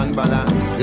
balance